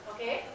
Okay